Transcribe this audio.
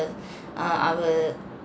err our